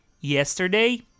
yesterday